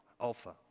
Alpha